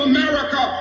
America